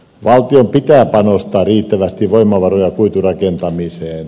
valtion pitää panostaa riittävästi voimavaroja kuiturakentamiseen